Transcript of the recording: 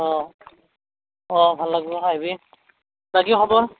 অঁ অঁ ভাল লাগিব আইভি বাকী খবৰ